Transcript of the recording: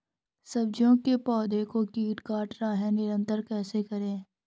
सब्जियों के पौधें को कोई कीट काट रहा है नियंत्रण कैसे करें?